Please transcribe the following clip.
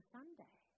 Sunday